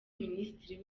minisitiri